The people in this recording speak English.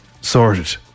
sorted